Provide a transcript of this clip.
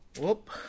Whoop